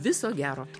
viso gero